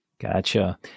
Gotcha